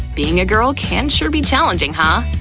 being a girl can sure be challenging, huh?